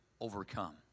overcome